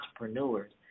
entrepreneurs